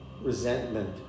resentment